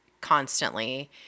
constantly